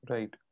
Right